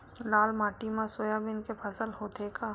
लाल माटी मा सोयाबीन के फसल होथे का?